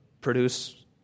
produce